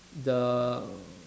the